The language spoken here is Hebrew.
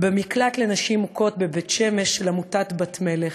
במקלט לנשים מוכות של עמותת "בת מלך"